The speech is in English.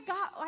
God